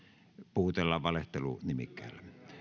puhutella valehtelu nimikkeellä